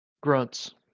Grunts